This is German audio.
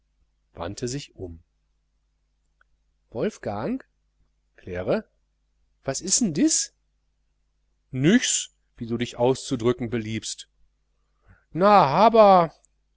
wandte sich um wolfgang claire was isn diss nüchs wie du dich auszudrücken beliebst na haber